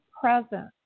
present